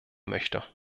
möchte